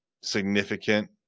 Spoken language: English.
significant